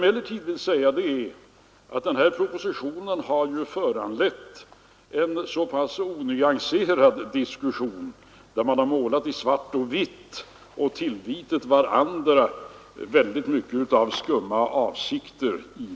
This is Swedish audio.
Propositionen har emellertid föranlett en onyanserad debatt, där man målat i svart och vitt och tillvitat varandra mycket skumma avsikter.